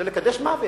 זה לקדש מוות.